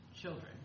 children